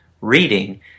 reading